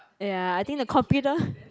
ya I think the computer